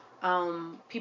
People